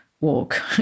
walk